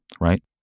right